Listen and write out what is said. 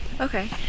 Okay